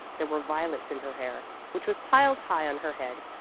there were violets in her hair, which was piled high on her head,